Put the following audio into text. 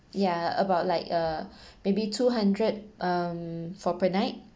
ya about like uh maybe two hundred um for per night